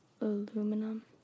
aluminum